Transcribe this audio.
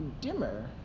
dimmer